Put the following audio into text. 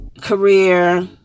career